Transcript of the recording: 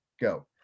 go